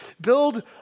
Build